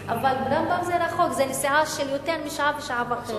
זה רחוק, זה נסיעה של יותר משעה, שעה וחצי.